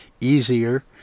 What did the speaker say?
Easier